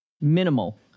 minimal